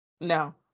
No